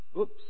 oops